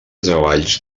treballs